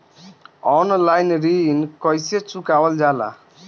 Online ऋण कईसे चुकावल जाला?